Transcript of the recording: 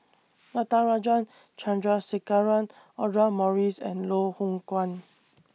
Natarajan Chandrasekaran Audra Morrice and Loh Hoong Kwan